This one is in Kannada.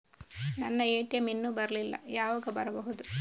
ನನ್ನ ಎ.ಟಿ.ಎಂ ಇನ್ನು ಬರಲಿಲ್ಲ, ಯಾವಾಗ ಬರಬಹುದು?